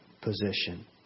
position